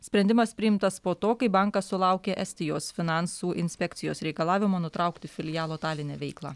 sprendimas priimtas po to kai bankas sulaukė estijos finansų inspekcijos reikalavimo nutraukti filialo taline veiklą